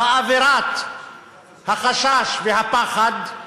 ובאווירת החשש והפחד,